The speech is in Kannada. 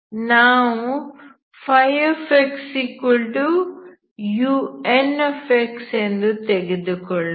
ನಾವು xunx ಎಂದು ತೆಗೆದುಕೊಳ್ಳೋಣ